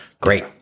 great